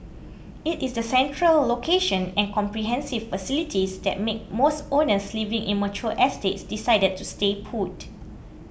it is the central location and comprehensive facilities that make most owners living in mature estates decide to stay put